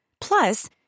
Plus